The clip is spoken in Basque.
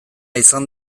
izan